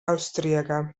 austriaca